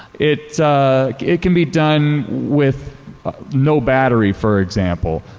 it it can be done with no battery, for example.